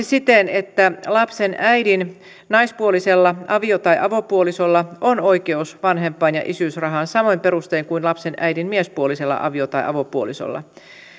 siten että lapsen äidin naispuolisella avio tai avopuolisolla on oikeus vanhempain ja isyysrahaan samoin perustein kuin lapsen äidin miespuolisella avio tai avopuolisolla